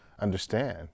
understand